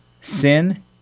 sin